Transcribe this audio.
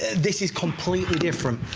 this is completely different.